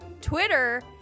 Twitter